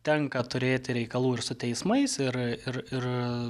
tenka turėti reikalų ir su teismais ir